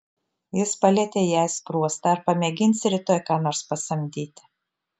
jis palietė jai skruostą ar pamėginsi rytoj ką nors pasamdyti